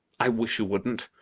i wish you wouldn't.